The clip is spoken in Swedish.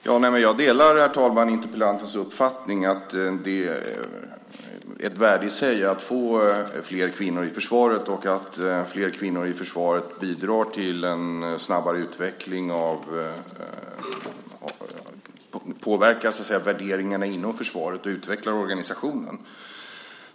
Herr talman! Jag delar interpellantens uppfattning att det är ett värde i sig att få flera kvinnor i försvaret och att flera kvinnor i försvaret bidrar påverkar värderingarna inom försvaret och utvecklar organisationen.